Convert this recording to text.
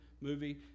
movie